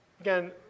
again